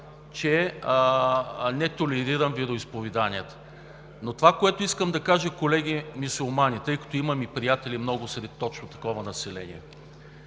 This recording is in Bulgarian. че не толерирам вероизповеданията. Но това, което искам да кажа, колеги мюсюлмани – тъй като имам и приятели много сред точно такова население